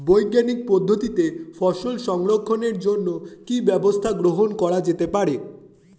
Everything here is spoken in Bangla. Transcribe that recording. বৈজ্ঞানিক পদ্ধতিতে ফসল সংরক্ষণের জন্য কি ব্যবস্থা গ্রহণ করা যেতে পারে?